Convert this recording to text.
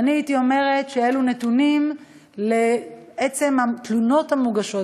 ואני הייתי אומרת שאלו בעצם נתונים על התלונות המוגשות,